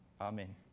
Amen